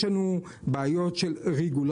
יש לנו בעיות של רגולציה,